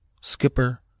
Skipper